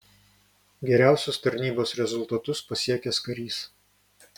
geriausius tarnybos rezultatus pasiekęs karys